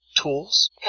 Tools